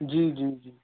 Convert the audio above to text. جی جی جی